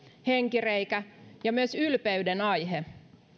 henkireikä ja myös ylpeyden aihe